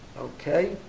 okay